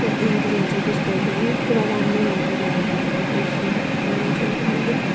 ink जान्छ त्यस्तोहरू पनि पूरा राम्रो हुन्छ भनेर बेच्नु भएको थियो मलाई चाहिँ अन्त मैले